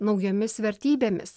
naujomis vertybėmis